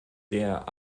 der